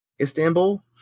Istanbul